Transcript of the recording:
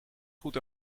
goed